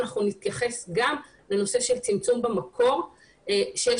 אנחנו נתייחס גם לנושא של צמצום במקור - שיש